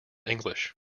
english